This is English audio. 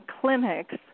Clinics